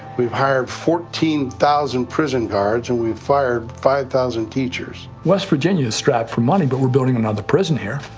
we've hired fourteen thousand prison guards and we've fired five thousand teachers. west virginia is strapped for money, but we're building another prison here.